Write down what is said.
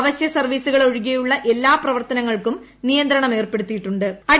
അവശ്യ സർവീസുകൾ ഒഴികെയുള്ള എല്ലാ പ്രവർത്തനങ്ങൾക്കും നിയന്ത്രണം ഏർപ്പെടുത്തിയിട്ടുണ്ട്ട്